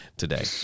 today